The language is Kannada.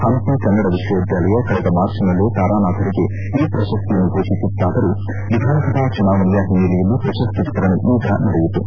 ಹಂಪಿ ಕನ್ನಡ ವಿಶ್ವವಿದ್ಯಾಲಯ ಕಳೆದ ಮಾರ್ಚ್ನಲ್ಲೇ ತಾರಾನಾಥರಿಗೆ ಈ ಪ್ರಶಸ್ತಿಯನ್ನು ಘೋಷಿಸಿತ್ತಾದರೂ ವಿಧಾನಸಭಾ ಚುನಾವಣೆಯ ಹಿನ್ನೆಲೆಯಲ್ಲಿ ಪ್ರಶಸ್ತಿ ವಿತರಣೆ ಈಗ ನಡೆಯಿತು